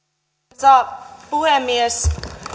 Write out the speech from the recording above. arvoisa puhemies